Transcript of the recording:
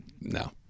no